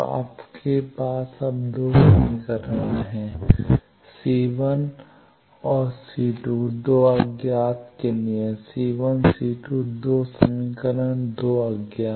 तो आपके पास अब 2 समीकरण हैं C1 और C2 2 अज्ञात के लिए C1 C2 2 समीकरण 2 अज्ञात